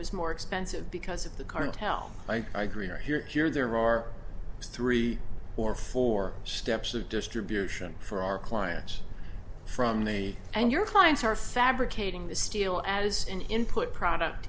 was more expensive because of the current tell i agree or here there are three or four steps of distribution for our clients from me and your clients are fabricating the steel as an input product